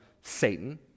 Satan